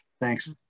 Thanks